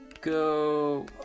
go